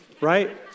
right